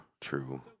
true